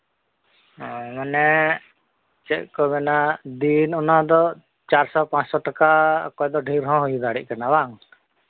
ᱢᱟᱱᱮ ᱪᱮᱫ ᱠᱚ ᱢᱮᱱᱟ ᱫᱤᱱ ᱚᱱᱟᱫᱚ ᱪᱟᱨᱥᱚ ᱯᱟᱸᱪ ᱥᱚ ᱴᱟᱠᱟ ᱚᱠᱚᱭ ᱫᱚ ᱰᱷᱮᱹᱨ ᱦᱚᱸ ᱦᱩᱭ ᱫᱟᱲᱮᱜ ᱠᱟᱱᱟ ᱵᱟᱝ